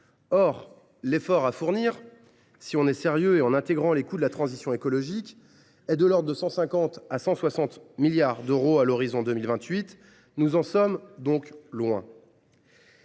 l’effort à fournir, si l’on veut être sérieux et en intégrant les coûts de la transition écologique, est de l’ordre de 150 milliards à 160 milliards d’euros à l’horizon 2028. Nous en sommes donc loin